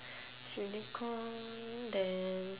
unicorn and